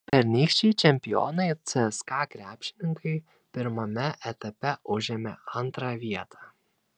pernykščiai čempionai cska krepšininkai pirmame etape užėmė antrą vietą